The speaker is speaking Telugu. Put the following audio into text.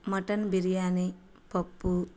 మటన్ బిర్యానీ పప్పు